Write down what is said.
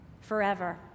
forever